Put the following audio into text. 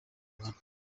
rwanda